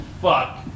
Fuck